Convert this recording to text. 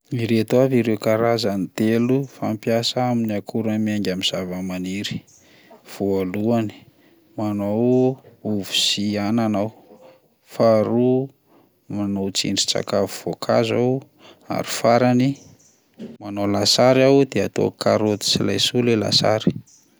Ireto avy ireo karazany telo fampiasa amin'ny akora miainga amin'ny zava-maniry: voalohany, manao ovy anana aho; faharoa, manao tsindrin-tsakafo voankazo aho ary farany, manao lasary aho dia ataoko karaoty sy laisoa ilay lasary.